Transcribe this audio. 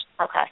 Okay